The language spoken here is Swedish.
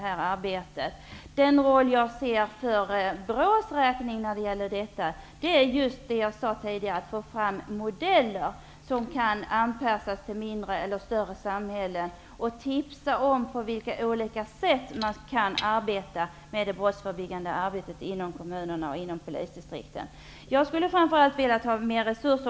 BRÅ:s roll i detta sammanhang är, som jag ser det, att få fram modeller som kan anpassas till mindre eller större samhällen och tips om på vilka olika sätt man kan arbeta brottsförebyggande inom kommunerna och polisdistrikten. Jag skulle framför allt ha velat ha större resurser.